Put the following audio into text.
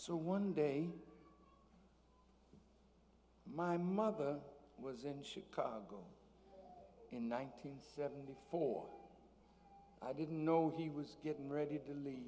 so one day my mother was in chicago in one nine hundred seventy four i didn't know he was getting ready to leave